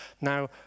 Now